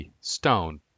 Stone